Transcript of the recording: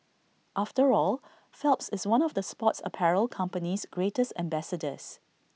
after all Phelps is one of the sports apparel company's greatest ambassadors